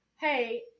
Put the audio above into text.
Hey